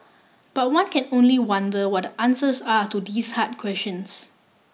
but one can only wonder what the answers are to these hard questions